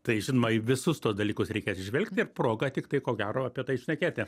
tai žinoma į visus tuos dalykus reikia atsižvelgti ir proga tik tai ko gero apie tai šnekėti